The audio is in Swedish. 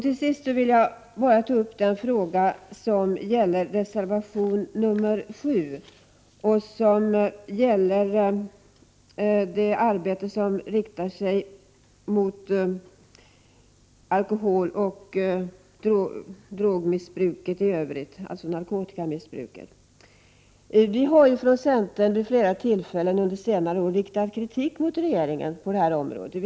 Till sist vill jag ta upp den fråga som behandlas i reservation nr 7 och som gäller det arbete som riktar sig mot alkoholoch narkotikamissbruket. Vi har från centern vid flera tillfällen under senare år riktat kritik mot regeringen på det här området.